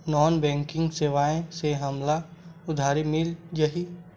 Non banking सेवाएं से हमला उधारी मिल जाहि?